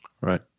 Right